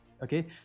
Okay